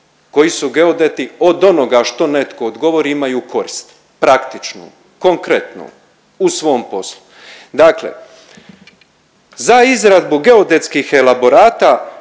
koji su geodeti od onoga što netko odgovori imaju koristi. Praktično, konkretno u svom poslu. Dakle za izradbu geodetskih elaborata